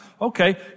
Okay